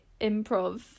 improv